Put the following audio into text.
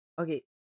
Okay